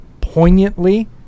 poignantly